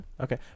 Okay